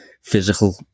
physical